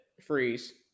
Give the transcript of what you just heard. freeze